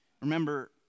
Remember